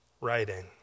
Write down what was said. writing